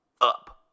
up